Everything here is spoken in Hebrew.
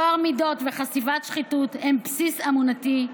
טוהר מידות וחשיפת שחיתות הם בסיס אמונתי,